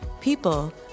People